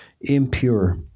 impure